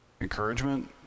encouragement